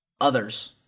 others